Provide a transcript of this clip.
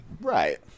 Right